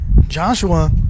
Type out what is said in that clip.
Joshua